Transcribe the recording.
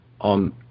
on